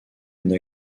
une